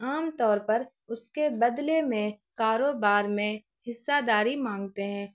عام طور پر اس کے بدلے میں کاروبار میں حصہ داری مانگتے ہیں